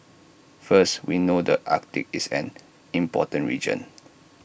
first we know the Arctic is an important region